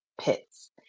pits